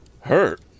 Hurt